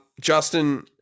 Justin